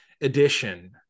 edition